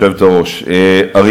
אני מבקשת להתייחס,